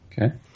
okay